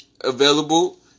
available